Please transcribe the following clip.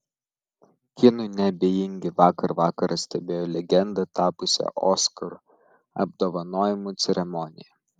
kinui neabejingi vakar vakarą stebėjo legenda tapusią oskarų apdovanojimų ceremoniją